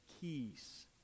keys